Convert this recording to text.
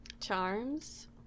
Charms